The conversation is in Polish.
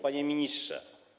Panie Ministrze!